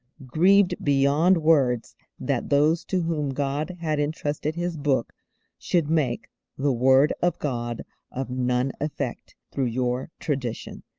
grieved beyond words that those to whom god had entrusted his book should make the word of god of none effect through your tradition.